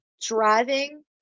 driving